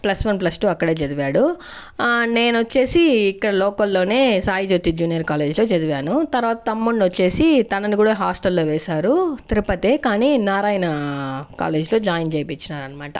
plus one plus two అక్కడే చదివాడు నేను వచ్చేసి ఇక్కడ లోకల్లోనే సాయి జ్యోతి జూనియర్ కాలేజ్లో చదివాను తర్వాత తమ్ముడ్ని వచ్చేసి తనను కూడా హాస్టల్లో వేసారు తిరుపతే కానీ నారాయణ కాలేజ్లో జాయిన్ చేపిచ్చినారనమాట